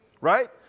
right